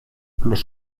los